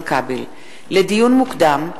לדיון מוקדם: